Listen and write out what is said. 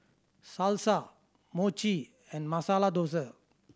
Salsa Mochi and Masala Dosa